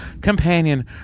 Companion